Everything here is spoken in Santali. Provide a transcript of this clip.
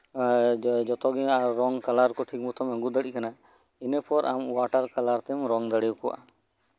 ᱟᱨ ᱡᱷᱚᱛᱚ ᱨᱮᱱᱟᱜ ᱨᱚᱝ ᱠᱟᱞᱟᱨ ᱠᱚᱢ ᱟᱹᱜᱩ ᱫᱟᱲᱮᱭᱟᱜ ᱠᱟᱱᱟ ᱤᱱᱟᱹᱯᱚᱨ ᱳᱣᱟᱴᱟᱨ ᱠᱟᱞᱟᱨ ᱛᱮᱢ ᱨᱚᱝ ᱫᱟᱲᱮᱭᱟᱠᱚᱣᱟ